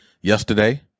yesterday